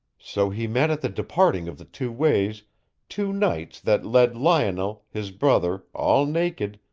so he met at the departing of the two ways two knights that led lionel, his brother, all naked,